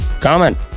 comment